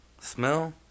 Smell